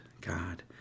God